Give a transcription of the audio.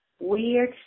Weird